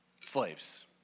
slaves